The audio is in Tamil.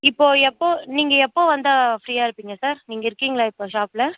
இப்போது எப்போது நீங்கள் எப்போது வந்தால் ஃப்ரீயாக இருப்பீங்க சார் நீங்கள் இருக்கீங்களா இப்போ ஷாப்பில்